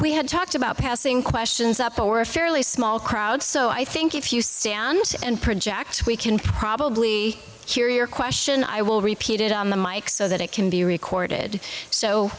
we had talked about passing questions up for a fairly small crowd so i think if you stay on this and projects we can probably hear your question i will repeat it on the mic so that it can be recorded so